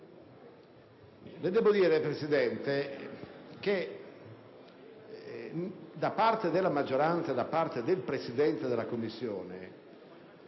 Le debbo dire, signor Presidente, che da parte della maggioranza e del Presidente della Commissione